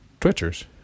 twitchers